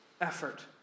effort